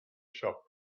shop